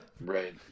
right